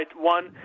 one